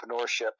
entrepreneurship